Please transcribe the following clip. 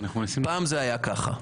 פעם זה היה ככה.